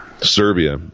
Serbia